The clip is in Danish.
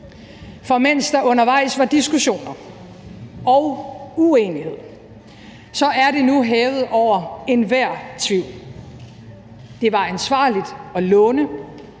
For mens der undervejs var diskussioner og uenighed, så er det nu hævet over enhver tvivl: Det var ansvarligt at låne,